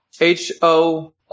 H-O